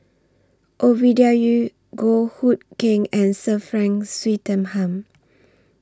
Ovidia Yu Goh Hood Keng and Sir Frank Swettenham